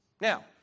Now